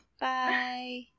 Bye